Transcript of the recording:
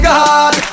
God